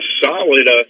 solid